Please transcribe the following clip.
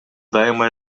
дайыма